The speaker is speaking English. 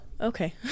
okay